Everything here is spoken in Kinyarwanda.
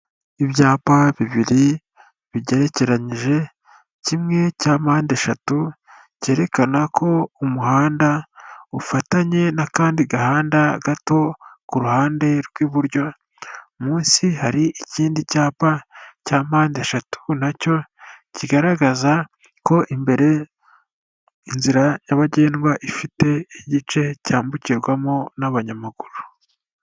Ibyapa bibiri bigerekeranyije kimwe cya mpandeshatu cyerekana ko umuhanda ufatanye n'akandi gahanda gato ku ruhande rw'iburyo, munsi hari ikindi cyapa cya mpandeshatu nacyo kigaragaza ko imbere inzira nyabagendwa ifite igice cyambukirwamo n'abanyamaguru.